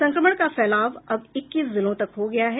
संक्रमण का फैलाव अब इक्कीस जिलों तक हो गया है